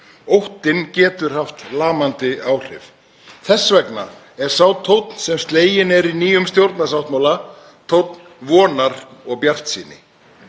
Óttinn getur haft lamandi áhrif. Þess vegna er sá tónn sem sleginn er í nýjum stjórnarsáttmála tónn vonar og bjartsýni.